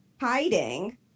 hiding